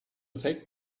take